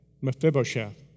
Mephibosheth